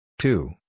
two